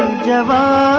java